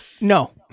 No